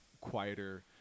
quieter